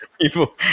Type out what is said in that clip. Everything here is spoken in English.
people